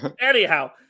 Anyhow